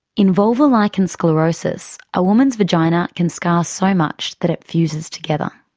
in vulvar lichen sclerosus, a woman's vagina can scar so much that it fuses together.